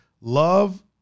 love